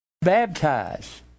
Baptize